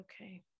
okay